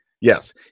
yes